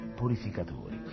purificatori